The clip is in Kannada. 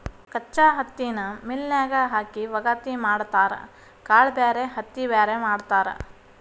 ಕಚ್ಚಾ ಹತ್ತಿನ ಮಿಲ್ ನ್ಯಾಗ ಹಾಕಿ ವಗಾತಿ ಮಾಡತಾರ ಕಾಳ ಬ್ಯಾರೆ ಹತ್ತಿ ಬ್ಯಾರೆ ಮಾಡ್ತಾರ